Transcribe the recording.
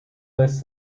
this